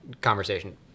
conversation